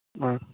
ஆ